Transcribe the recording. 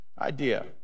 idea